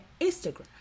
Instagram